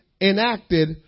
enacted